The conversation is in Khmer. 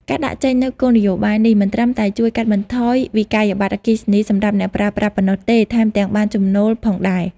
ការដាក់ចេញនូវគោលនយោបាយនេះ មិនត្រឹមតែជួយកាត់បន្ថយវិក្កយបត្រអគ្គិសនីសម្រាប់អ្នកប្រើប្រាស់ប៉ុណ្ណោះទេ ថែមទាំងបានចំណូលផងដែរ។